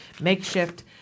makeshift